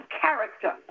character